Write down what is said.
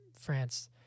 France